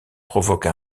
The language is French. provoque